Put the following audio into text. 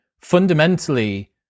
fundamentally